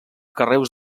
carreus